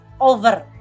over